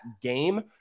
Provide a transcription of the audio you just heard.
game